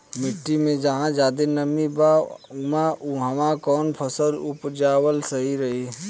मिट्टी मे जहा जादे नमी बा उहवा कौन फसल उपजावल सही रही?